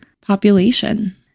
population